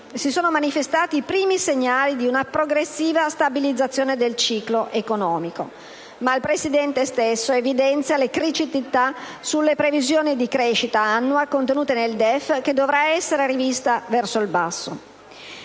si sono manifestati i primi segnali di una progressiva stabilizzazione del ciclo economico, ma il Presidente stesso evidenzia le criticità sulle previsioni di crescita annua contenute nel DEF che dovranno essere riviste verso il basso.